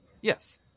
Yes